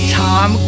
tom